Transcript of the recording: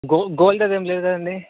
go gold అదేం లేదు కదండీ